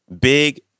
Big